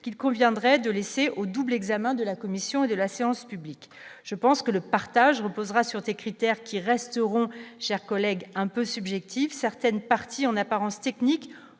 qu'il conviendrait de laisser aux doubles examens de la commission de la séance publique je pense que le partage reposera sur des critères qui resteront chers collègues un peu subjectif certaines parties en apparence technique